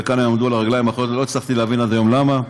וכאן הם נעמדו על הרגליים האחוריות ולא הצלחתי להבין עד היום למה.